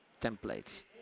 templates